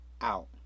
out